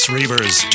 Reavers